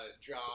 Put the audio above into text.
job